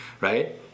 right